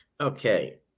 okay